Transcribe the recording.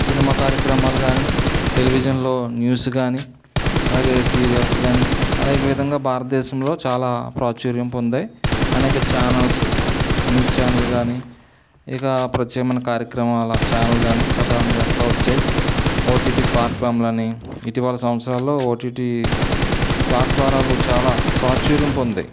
cinema కార్యక్రమాలు కాని టెలివిజన్లో న్యూస్ కాని అలాగే సీరియల్స్ కాని అలాగే ఈవిధంగా భారతదేశంలో చాలా ప్రాచుర్యం పొందాయి అనేక ఛానెల్సు న్యూస్ ఛానెల్ కాని ఇక ప్రత్యామ్నాయ కార్యక్రమాల ఛానెల్ ప్రచారం చేస్తూ వచ్చాయి ఒటిటి ప్లాట్ఫామ్లని ఇటీవల సంవత్సరాలలో ఒటిటి ప్లాట్ఫామ్లు చాలా ప్రాచుర్యం పొందాయి